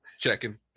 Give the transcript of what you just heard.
checking